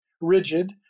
rigid